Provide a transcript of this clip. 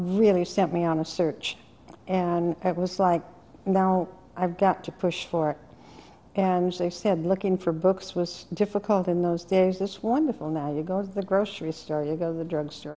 really sent me on a search and it was like now i've got to push for and they said looking for books was difficult in those days this wonderful now you go to the grocery store you go to the drugstore